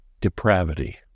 depravity